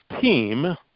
team